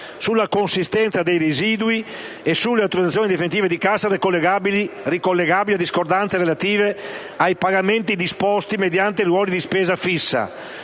sulla consistenza dei residui e sulle autorizzazioni definitive di cassa, ricollegabili a discordanze relative ai pagamenti disposti mediante ruoli di spesa fissa,